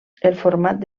format